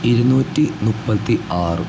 ഇരുനൂറ്റി മുപ്പത്തി ആറ്